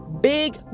big